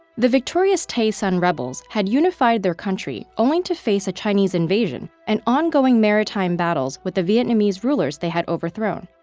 the victorious tay son rebels had unified their country only to face a chinese invasion and ongoing maritime battles with the vietnamese rulers they had overthrown.